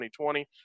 2020